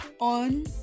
on